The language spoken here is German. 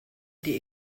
die